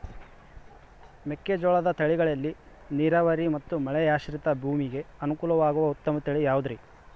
ಮೆಕ್ಕೆಜೋಳದ ತಳಿಗಳಲ್ಲಿ ನೇರಾವರಿ ಮತ್ತು ಮಳೆಯಾಶ್ರಿತ ಭೂಮಿಗೆ ಅನುಕೂಲವಾಗುವ ಉತ್ತಮ ತಳಿ ಯಾವುದುರಿ?